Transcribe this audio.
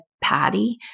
Patty